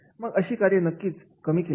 मग कशी कार्य नक्कीच कमी केले जातात